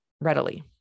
readily